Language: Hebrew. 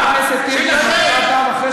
חבר הכנסת טיבי, זמנך תם.